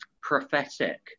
prophetic